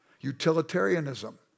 Utilitarianism